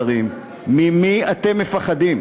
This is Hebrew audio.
השרים: ממי אתם מפחדים?